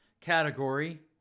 category